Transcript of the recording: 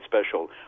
special